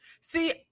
see